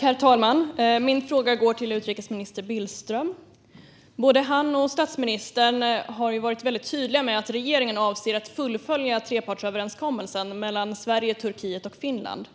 Herr talman! Min fråga går till utrikesminister Billström. Både han och statsministern har varit väldigt tydliga med att regeringen avser att fullfölja trepartsöverenskommelsen mellan Sverige, Turkiet och Finland.